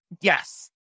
Yes